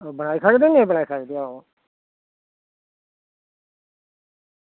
बनाई सकदे जां नेईं बनाई सकदे ओ